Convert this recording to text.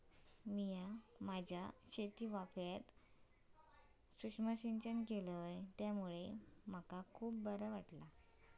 मिया माझ्या शेतीवाफ्यात सुक्ष्म सिंचन केलय त्यामुळे मका खुप बरा वाटला